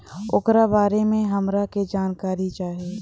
ओकरा बारे मे हमरा के जानकारी चाही?